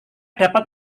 dapat